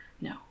no